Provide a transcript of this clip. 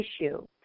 issue